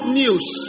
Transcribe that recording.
news